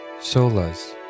Solas